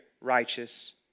righteous